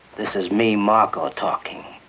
this is me marco talking.